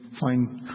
find